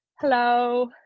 Hello